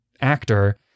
actor